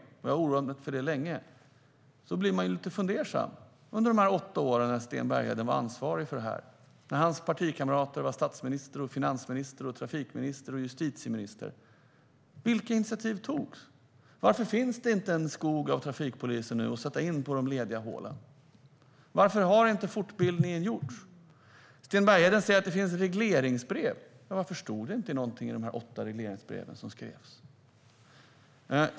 Jag har oroat mig för det länge och blir nu lite fundersam. Vilka initiativ togs under de åtta år då Sten Bergheden var ansvarig för det här, när hans partikamrater var statsminister, finansminister, trafikminister och justitieminister? Varför finns det inte en skog av trafikpoliser att sätta in där de behövs? Varför har inte fortbildningen gjorts? Sten Bergheden säger att det finns regleringsbrev. Ja, varför stod det inte någonting i de åtta regleringsbrev som skrevs när ni satt vid makten?